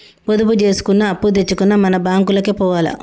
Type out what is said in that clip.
పొదుపు జేసుకున్నా, అప్పుదెచ్చుకున్నా మన బాంకులకే పోవాల